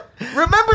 Remember